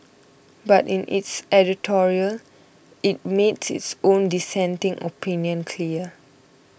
but in its editorial it made its own dissenting opinion clear